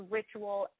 ritual